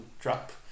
drop